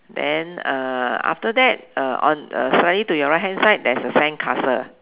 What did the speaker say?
then uh after that uh on uh slightly to your right hand side there is a sandcastle